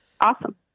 Awesome